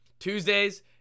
Tuesdays